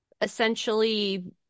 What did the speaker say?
essentially